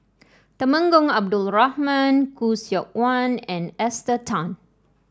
Temenggong Abdul Rahman Khoo Seok Wan and Esther Tan